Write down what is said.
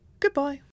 goodbye